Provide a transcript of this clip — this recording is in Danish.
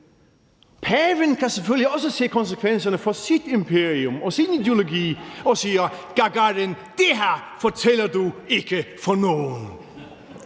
paven kan selvfølgelig også se konsekvenserne for sit imperium og sin ideologi og siger: Gagarin, det her fortæller du ikke til nogen!